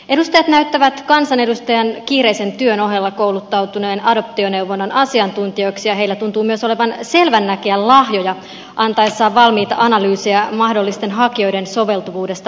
edustajat näyttävät kansanedustajan kiireisen työn ohella kouluttautuneen adoptioneuvonnan asiantuntijoiksi ja heillä tuntuu myös olevan selvänäkijän lahjoja antaessaan valmiita analyyseja mahdollisten hakijoiden soveltuvuudesta vanhemmiksi